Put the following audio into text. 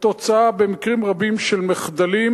במקרים רבים הם תוצאה של מחדלים